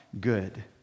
good